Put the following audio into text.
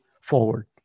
forward